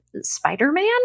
Spider-Man